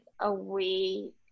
away